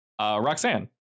Roxanne